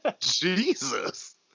Jesus